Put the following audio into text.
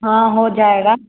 हाँ हो जाएगा